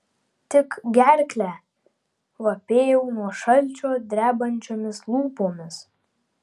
tik gerklę vapėjau nuo šalčio drebančiomis lūpomis